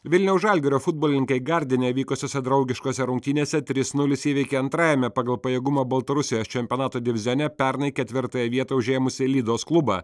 vilniaus žalgirio futbolininkai gardine vykusiose draugiškose rungtynėse trys nulis įveikė antrajame pagal pajėgumą baltarusijos čempionato divizione pernai ketvirtąją vietą užėmusį lydos klubą